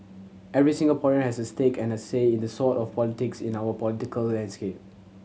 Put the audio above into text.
every Singaporean has a stake and a say in the sort of politics in our political landscape